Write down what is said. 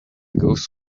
goes